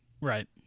Right